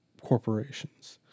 corporations